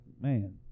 Man